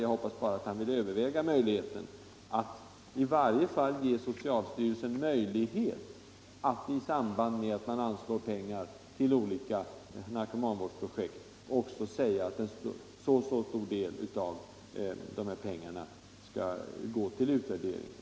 Jag hoppas bara att han vill överväga att i varje fall ge socialstyrelsen möjlighet att, i samband med att man anslår medel till olika narkomanvårdsprojekt, också säga att en viss del av pengarna skall gå till utvärdering.